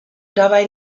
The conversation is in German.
dabei